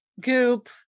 goop